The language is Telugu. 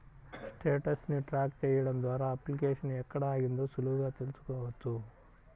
స్టేటస్ ని ట్రాక్ చెయ్యడం ద్వారా అప్లికేషన్ ఎక్కడ ఆగిందో సులువుగా తెల్సుకోవచ్చు